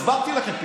הסברתי לכם,